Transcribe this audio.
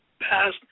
passed